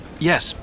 Yes